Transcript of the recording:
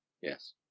Yes